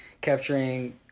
capturing